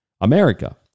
America